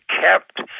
kept